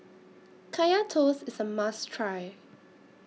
Kaya Toast IS A must Try